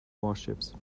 warships